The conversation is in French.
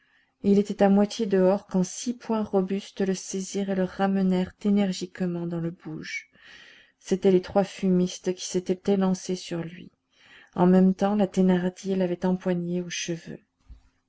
il était à moitié dehors quand six poings robustes le saisirent et le ramenèrent énergiquement dans le bouge c'étaient les trois fumistes qui s'étaient élancés sur lui en même temps la thénardier l'avait empoigné aux cheveux